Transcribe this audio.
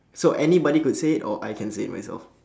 so anybody could say it or I can say it myself